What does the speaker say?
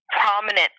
prominent